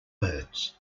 birds